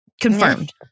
Confirmed